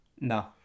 No